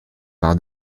par